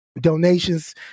Donations